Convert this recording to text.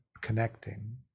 connecting